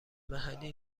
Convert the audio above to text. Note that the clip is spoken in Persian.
محلی